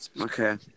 Okay